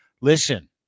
listen